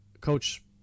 Coach